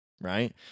right